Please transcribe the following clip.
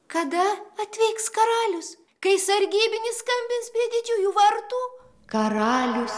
kada atvyks karalius kai sargybinis skambins prie didžiųjų vartų karalius